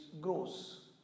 grows